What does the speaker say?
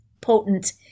potent